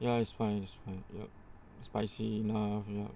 ya it's fine it's fine yup spicy enough yup